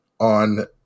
on